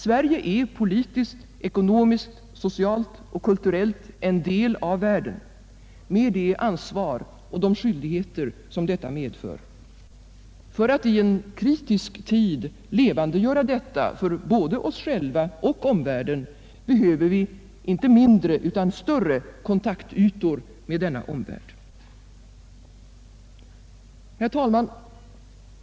Sverige är politiskt, ekonomiskt, socialt och kulturellt en del av världen med det ansvar och de skyldigheter det medför. För att i en kritisk tid levandegöra detta för både oss själva och omvärlden behöver vi inte mindre, utan större kontaktytor mot denna omvärld. Herr talman!